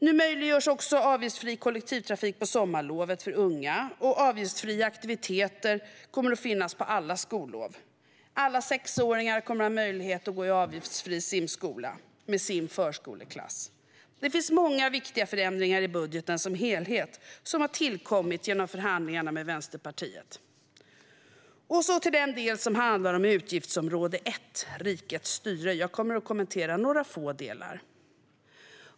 Nu möjliggörs också avgiftsfri kollektivtrafik på sommarlovet för unga, och avgiftsfria aktiviteter kommer att finnas på alla skollov. Alla sexåringar kommer att ha möjlighet att gå i avgiftsfri simskola med sin förskoleklass. Det är många viktiga förändringar i budgeten som helhet som har tillkommit genom förhandlingarna med Vänsterpartiet. Så till den specifika del som handlar om utgiftsområde 1 Rikets styre. Jag ska kommentera några få delar.